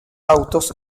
autos